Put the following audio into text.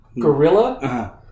gorilla